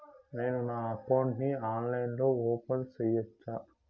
నేను నా అకౌంట్ ని ఆన్లైన్ లో ఓపెన్ సేయొచ్చా?